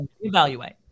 Evaluate